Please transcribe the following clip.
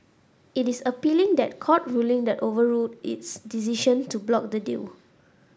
it is appealing the court ruling that overruled its decision to block the deal